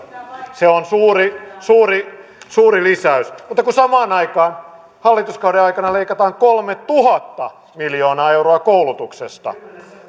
se on suuri suuri lisäys mutta samaan aikaan hallituskauden aikana leikataan kolmetuhatta miljoonaa euroa koulutuksesta kun